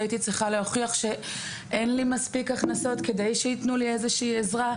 והייתי צריכה להוכיח שאין לי מספיק הכנסות כדי שיתנו לי איזושהי עזרה,